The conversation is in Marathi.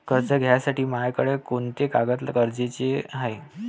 कर्ज घ्यासाठी मायाकडं कोंते कागद गरजेचे हाय?